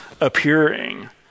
appearing